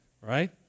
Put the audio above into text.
Right